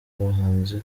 abahanzi